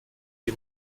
die